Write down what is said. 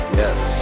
yes